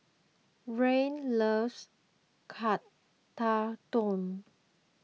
Rian loves Tekkadon